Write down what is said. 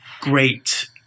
great